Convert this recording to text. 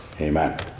Amen